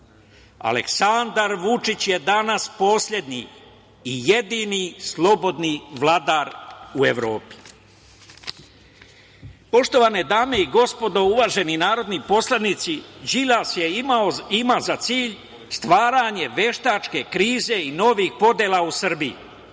Aleksandar Vučić je danas poslednji i jedini slobodni vladar u Evropi. Poštovane dame i gospodo, uvaženi narodni poslanici Đilas ima za cilj stvaranje veštačke krize i novih podela u Srbiji.